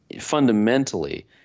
fundamentally